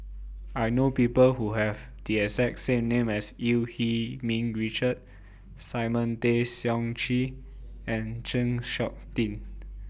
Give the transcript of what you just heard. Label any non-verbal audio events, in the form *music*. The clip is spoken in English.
I know People Who Have The exact same name as EU Yee Ming Richard Simon Tay Seong Chee and Chng Seok Tin *noise*